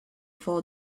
for